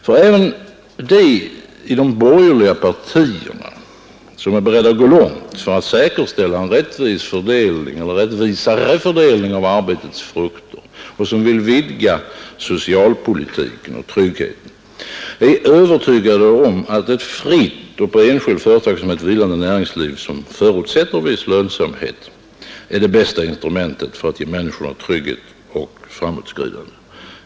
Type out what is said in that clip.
Ty även de i de borgerliga partierna, som är beredda att gå långt för att säkerställa en rättvisare fördelning av arbetets frukter och som vill utvidga socialpolitiken och stärka tryggheten, är övertygade om att ett fritt och på enskild företagssamhet vilande näringsliv, som förutsätter viss lönsamhet, är det bästa instrumentet för att ge människorna trygghet och framåtskridande.